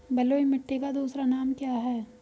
बलुई मिट्टी का दूसरा नाम क्या है?